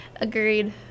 Agreed